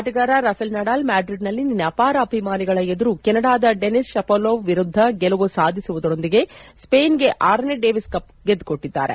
ಆಟಗಾರ Rafael Nadal Madrid ನಲ್ಲಿ ನಿನ್ನೆ ಅಪಾರ ಅಭಿಮಾನಿಗಳ ಎದುರು ಕೆನಡಾದ ಡೆನಿಸ್ ಶಪೊವಾಲೊವ್ ವಿರುದ್ಲ ಗೆಲುವು ಸಾಧಿಸುವುದರೊಂದಿಗೆ ಸ್ವೇನ್ ಗೆ ಆರನೇ ಡೇವಿಸ್ ಕಪ್ ಗೆದ್ದುಕೊಟ್ಟಿದ್ದಾರೆ